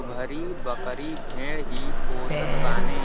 अउरी बकरी भेड़ ही पोसत बाने